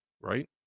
right